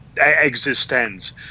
existence